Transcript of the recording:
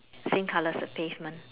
same color as the pavement